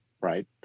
right